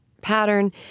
pattern